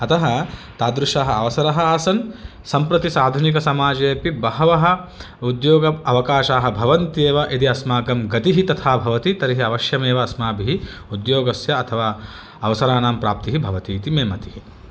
अतः तादृशः अवसरः आसन् सम्प्रति साधुनिकसमाजे अपि बहवः उद्योग अवकाशः भवन्त्येव यदि अस्माकं गतिः तथा भवति तर्हि अवश्यमेव अस्माभिः उद्योगस्य अथवा अवसराणां प्राप्तिः भवति इति मे मतिः